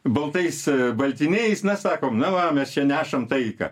baltais baltiniais na sakom na va mes čia nešam taiką